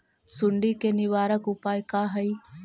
सुंडी के निवारक उपाय का हई?